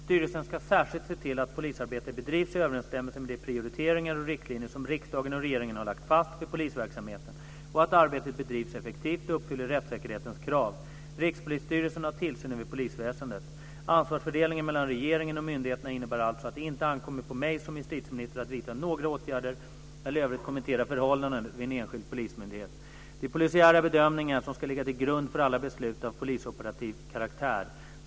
Styrelsen ska särskilt se till att polisarbetet bedrivs i överensstämmelse med de prioriteringar och riktlinjer som riksdagen och regeringen har lagt fast för polisverksamheten samt att arbetet bedrivs effektivt och uppfyller rättssäkerhetens krav. Rikspolisstyrelsen har tillsyn över polisväsendet. Ansvarsfördelningen mellan regeringen och myndigheterna innebär alltså att det inte ankommer på mig som justitieminister att vidta några åtgärder eller i övrigt kommentera förhållanden vid en enskild polismyndighet. Det är polisiära bedömningar som ska ligga till grund för alla beslut av polisoperativ karaktär.